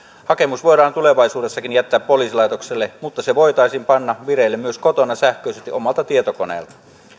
hakemus voidaan tulevaisuudessakin jättää poliisilaitokselle mutta se voitaisiin panna vireille myös kotona sähköisesti omalta tietokoneelta